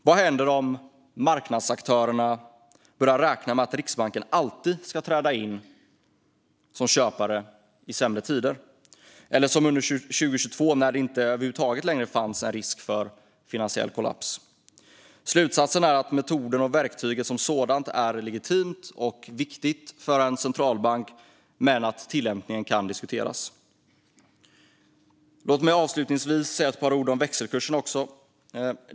Vad händer om marknadsaktörerna börjar räkna med att Riksbanken alltid ska träda in som köpare i sämre tider, eller som under 2022 när det inte längre fanns någon risk över huvud taget för finansiell kollaps? Slutsatsen är att metoden och verktyget som sådana är legitima och viktiga för en centralbank men att tillämpningen kan diskuteras. Låt mig avslutningsvis även säga ett par ord om växelkursen.